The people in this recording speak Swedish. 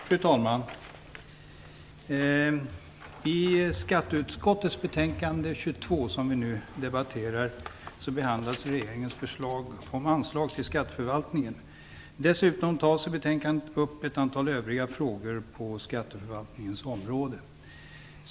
Fru talman! I skatteutskottets betänkande SkU 22, som vi nu debatterar, behandlas regeringens förslag till anslag till skatteförvaltningen. Dessutom tas i betänkandet upp ett antal övriga frågor på skatteförvaltningens område.